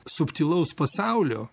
subtilaus pasaulio